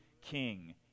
king